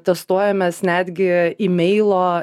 testuojamės netgi ymeilo